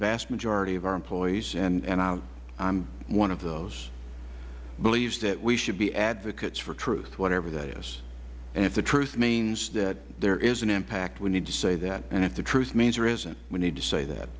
vast majority of our employees and i am one of those believes that we should be advocates for truth whatever that is and if the truth means that there is an impact we need to say that and if the truth means there isn't we need to say that